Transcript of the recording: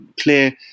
clear